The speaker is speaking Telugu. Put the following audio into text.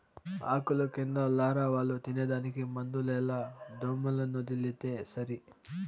ఆకుల కింద లారవాలు తినేదానికి మందులేల దోమలనొదిలితే సరి